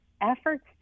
efforts